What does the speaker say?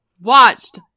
watched